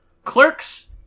Clerks